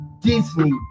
Disney